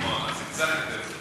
זה קצת יותר זול.